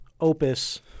opus